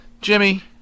Jimmy